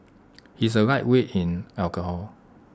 he is A lightweight in alcohol